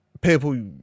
people